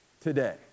today